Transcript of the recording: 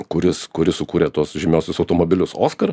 kuris kuris sukūrė tuos žymiuosius automobilius oskar